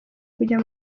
kujya